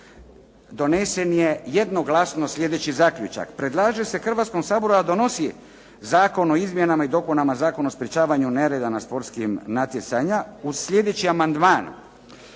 donesen je jednoglasno sljedeći zaključak: "Predlaže se Hrvatskom saboru da donosi Zakon o izmjenama i dopunama Zakona o sprječavanju nereda na sportskim natjecanjima uz sljedeći amandman: